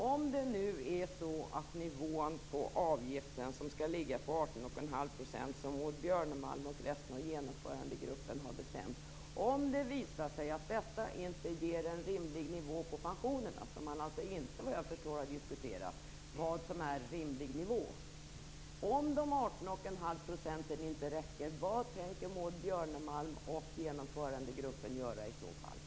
Om det beträffande nivån på avgiften, som Maud Björnemalm och övriga i Genomförandegruppen har bestämt skall vara 18,5 %, visar sig att det inte blir en rimlig nivå på pensionerna - såvitt jag förstår har man inte diskuterat vad som är en rimlig nivå - och om de 18,5 procenten inte räcker, undrar jag vad Maud Björnemalm och Genomförandegruppen då tänker göra.